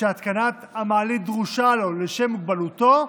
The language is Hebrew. שהתקנת המעלית דרושה לו בשל מוגבלותו,